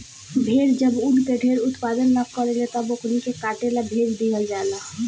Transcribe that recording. भेड़ जब ऊन के ढेर उत्पादन न करेले तब ओकनी के काटे ला भेज दीहल जाला